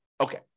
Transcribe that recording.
Okay